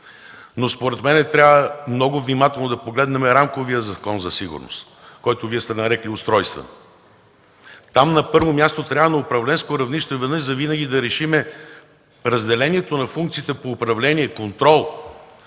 но според мен трябва много внимателно да погледнем рамковия закон за сигурност, който Вие сте нарекли „устройствен”. Там трябва на първо място на управленско равнище веднъж завинаги да решим разделението на функциите по управление и контрол,